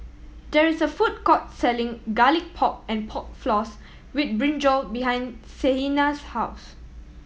there is a food court selling Garlic Pork and Pork Floss with brinjal behind Sienna's house